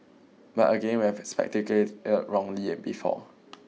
but again we've wrongly before